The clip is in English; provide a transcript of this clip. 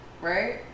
Right